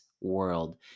world